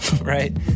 Right